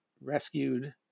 rescued